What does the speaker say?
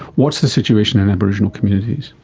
what's the situation in aboriginal communities?